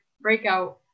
breakout